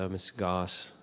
ah mrs. goss,